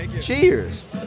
Cheers